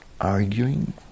arguing